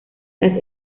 las